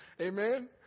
Amen